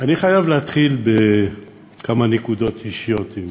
אני חייב להתחיל בכמה נקודות אישיות, אם